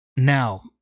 Now